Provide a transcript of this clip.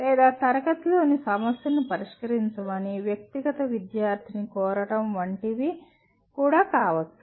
లేదా తరగతిలోని సమస్యను పరిష్కరించమని వ్యక్తిగత విద్యార్థిని కోరడం వంటివి కావచ్చు